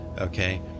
okay